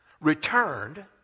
returned